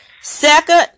SECOND